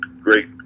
great